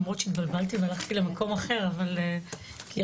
למרות שהתבלבלתי והלכתי למקום אחר כי רציתי